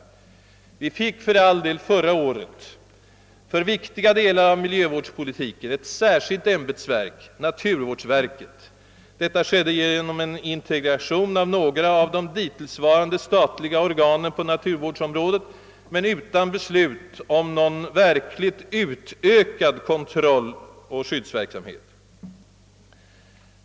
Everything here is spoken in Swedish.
Vi fick för all del förra året för viktiga delar av miljövårdspolitiken ett särskilt ämbetsverk, naturvårdsverket. Detta skapades genom integration av några av de dittillsvarande statliga organen på naturvårdsområdet men utan beslut om någon verkligt utökad kontroll — och skyddsverksamhet.